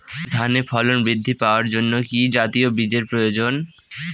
ধানে ফলন বৃদ্ধি পাওয়ার জন্য কি জাতীয় বীজের প্রয়োজন?